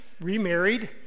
remarried